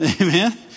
Amen